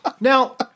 Now